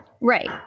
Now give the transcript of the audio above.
Right